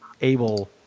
able